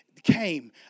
Came